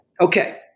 Okay